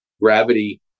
gravity